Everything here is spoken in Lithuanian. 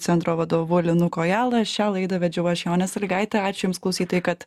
centro vadovu linu kojala šią laidą vedžiau aš jonė sąlygaitė ačiū jums klausytojai kad